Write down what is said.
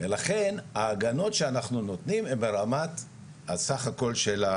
ולכן ההגנות שאנחנו נותנים הם ברמת הסך הכל,